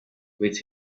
with